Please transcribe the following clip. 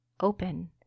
open